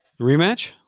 rematch